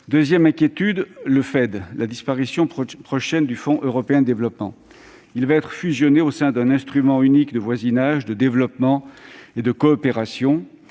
seconde inquiétude porte sur la disparition prochaine du Fonds européen de développement (FED), qui sera fusionné au sein d'un instrument unique de voisinage, de développement et de coopération